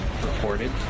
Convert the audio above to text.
reported